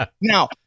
Now